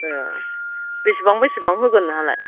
ए बेसेबां बेसेबां होगोन नोंहालाय